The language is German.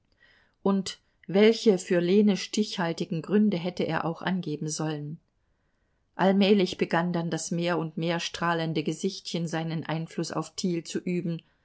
und welche für lene stichhaltigen gründe hätte er auch angeben sollen allmählich begann dann das mehr und mehr strahlende gesichtchen seinen einfluß auf thiel zu üben